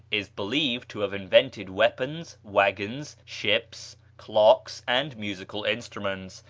is believed to have invented weapons, wagons, ships, clocks, and musical instruments,